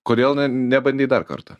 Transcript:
kodėl ne nebandei dar kartą